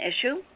issue